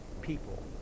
people